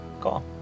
cool